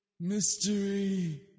mystery